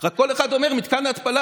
רק כל אחד אומר: מתקן ההתפלה,